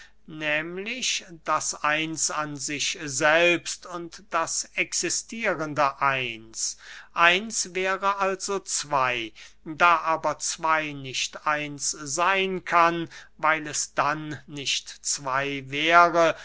nehmlich das eins an sich selbst und das existierende eins eins wäre also zwey da aber zwey nicht eins seyn kann weil es dann nicht zwey wäre